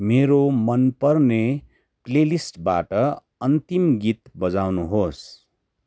मेरो मनपर्ने प्ले लिस्टबाट अन्तिम गीत बजाउनुहोस्